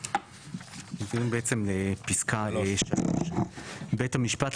אנחנו עוברים בעצם לפסקה 3. (3)בית משפט,